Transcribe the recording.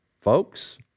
folks